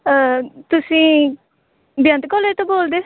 ਤੁਸੀਂ ਬੇਅੰਤ ਕੋਲੇਜ ਤੋਂ ਬੋਲਦੇ